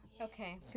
okay